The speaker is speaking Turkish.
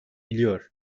biliyor